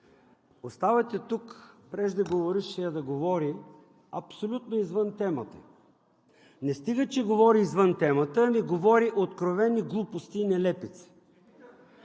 оставяте тук преждеговорившия да говори абсолютно извън темата. Не стига че говори извън темата, ами говори откровени глупости и нелепици.